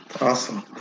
Awesome